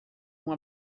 uma